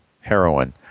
heroin